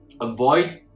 Avoid